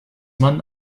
man